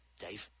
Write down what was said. Dave